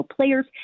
players